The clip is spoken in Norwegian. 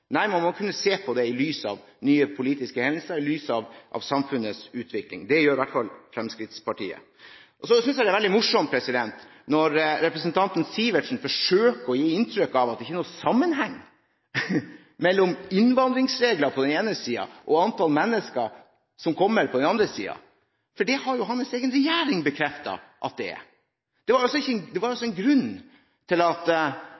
Nei, man må kunne se på det i lys av nye politiske hendelser, i lys av samfunnets utvikling. Det gjør i hvert fall Fremskrittspartiet. Så synes jeg det er veldig morsomt når representanten Sivertsen forsøker å gi inntrykk av at det ikke er noen sammenheng mellom innvandringsregler på den ene siden og antall mennesker som kommer på den andre siden. Det har jo hans egen regjering bekreftet at det er. Det var altså en grunn til at regjeringen Stoltenberg i forrige periode – høsten 2008 – strammet til i asylpolitikken. Det var